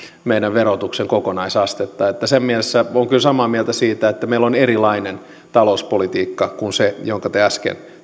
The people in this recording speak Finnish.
meidän verotuksen kokonaisastetta siinä mielessä olen kyllä samaa mieltä siitä että meillä on erilainen talouspolitiikka kuin se jonka te äsken